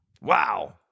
Wow